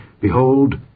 behold